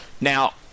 now